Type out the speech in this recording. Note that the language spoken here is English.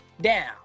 down